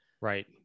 Right